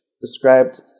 described